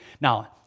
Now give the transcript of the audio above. Now